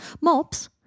Mops